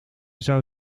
zou